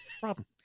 problem